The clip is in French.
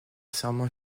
serment